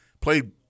Played